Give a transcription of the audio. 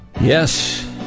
Yes